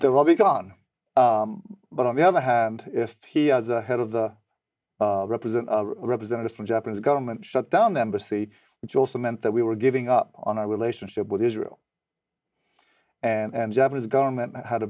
there will be gone but on the other hand if he has a head of the represent a representative from japanese government shut down the embassy which also meant that we were giving up on our relationship with israel and japanese government had a